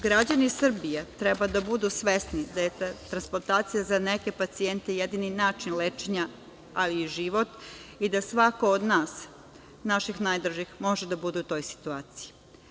Građani Srbije treba da budu svesni da je transplantacija za neke pacijente jedini način lečenja ali i život i da svako od nas, naših najdražih može da bude u toj situaciji.